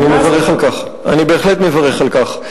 אני בהחלט מברך על כך.